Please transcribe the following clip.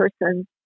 person